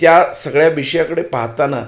त्या सगळ्या विषयाकडे पाहताना